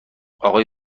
اقای